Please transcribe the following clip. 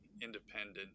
independent